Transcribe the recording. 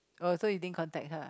oh so you didn't contact her ah